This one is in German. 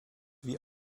wie